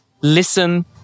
listen